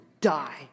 die